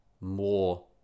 more